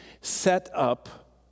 set-up